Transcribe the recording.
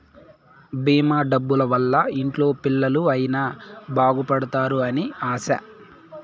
భీమా డబ్బుల వల్ల ఇంట్లో పిల్లలు అయిన బాగుపడుతారు అని ఆశ